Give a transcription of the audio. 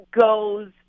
goes